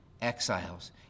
exiles